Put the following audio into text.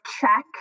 check